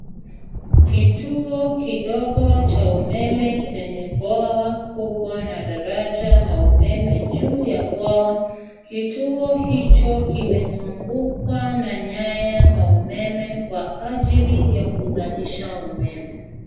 Kituo kidogo cha umeme chenye bwawa kubwa na daraja la umeme juu ya bwawa. Kituo hicho kimezungukwa na nyaya za umeme kwa ajili ya kuzalisha umeme.